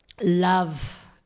love